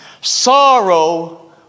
Sorrow